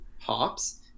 hops